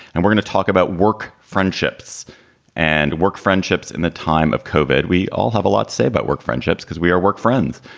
and we're going to talk about work, friendships and work friendships in the time of covid. we all have a lot to say about work friendships because we are work friends.